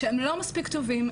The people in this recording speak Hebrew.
שהם לא מספיק טובים,